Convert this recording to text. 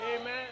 Amen